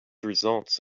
results